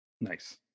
Nice